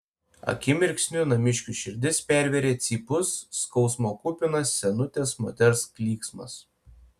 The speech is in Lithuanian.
akimirksniu namiškių širdis pervėrė cypus skausmo kupinas senutės moters klyksmas